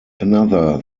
another